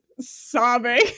sobbing